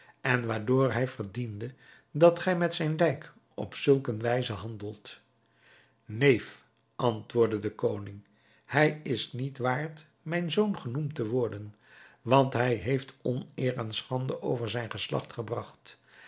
en waardoor hij verdiende dat gij met zijn lijk op zulk een wijze handelt neef antwoordde de koning hij is niet waard mijn zoon genoemd te worden want hij heeft oneer en schande over zijn geslacht gebragt